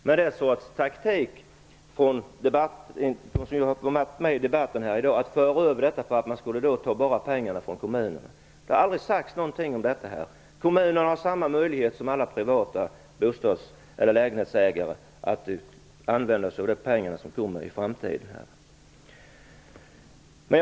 Men det är något slags taktik från dem som varit med i debatten i dag att föra över detta till att man bara skulle ta pengarna från kommunerna. Det har aldrig sagts något om detta. Kommunerna har samma möjligheter som alla privata lägenhetsägare att använda sig av de pengar som kommer i framtiden.